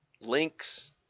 links